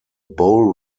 bowl